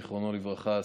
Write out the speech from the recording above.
זיכרונו לברכה,